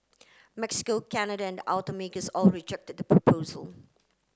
Mexico Canada and automakers all reject that proposal